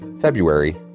February